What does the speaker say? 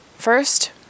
First